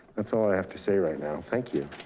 that's all i have to say right now, thank you.